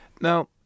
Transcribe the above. Now